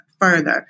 further